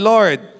Lord